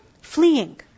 fleeing